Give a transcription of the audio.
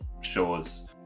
shows